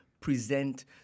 present